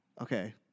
Okay